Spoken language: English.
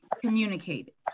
communicate